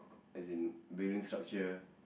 as in building structure